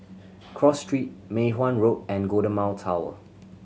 Cross Street Mei Hwan Road and Golden Mile Tower